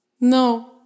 No